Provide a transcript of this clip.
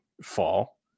fall